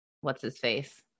what's-his-face